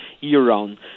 year-round